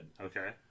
Okay